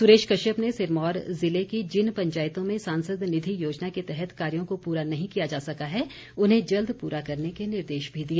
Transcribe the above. सुरेश कश्यप ने सिरमौर जिले की जिन पंचायतों में सांसद निधि योजना के तहत कार्यो को पूरा नहीं किया जा सका है उन्हें जल्द पूरा करने के निर्देश भी दिए